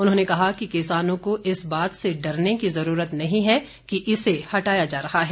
उन्होंने कहा कि किसानों को इस बात से डरने की ज़रूरत नहीं है कि इसे हटाया जा रहा है